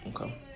Okay